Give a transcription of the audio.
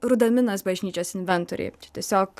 rudaminos bažnyčios inventoriuje čia tiesiog